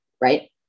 right